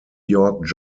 york